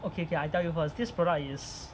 okay okay I tell you first this product is